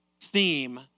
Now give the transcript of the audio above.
theme